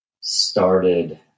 started